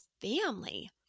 family